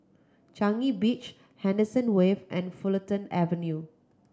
Changi Beach Henderson Wave and Fulton Avenue